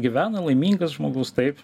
gyvena laimingas žmogus taip